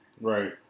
right